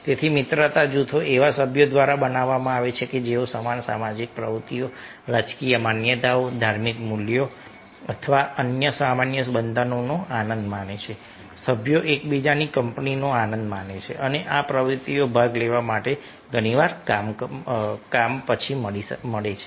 તેથી મિત્રતા જૂથો એવા સભ્યો દ્વારા બનાવવામાં આવે છે જેઓ સમાન સામાજિક પ્રવૃત્તિઓ રાજકીય માન્યતાઓ ધાર્મિક મૂલ્યો અથવા અન્ય સામાન્ય બંધનોનો આનંદ માણે છે સભ્યો એકબીજાની કંપનીનો આનંદ માણે છે અને આ પ્રવૃત્તિઓમાં ભાગ લેવા માટે ઘણીવાર કામ પછી મળે છે